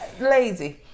Lazy